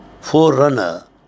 forerunner